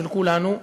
של כולנו,